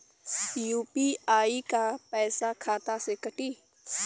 UPI क पैसा खाता से कटी?